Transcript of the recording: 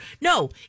no